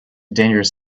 dangerous